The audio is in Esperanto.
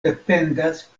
dependas